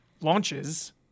launches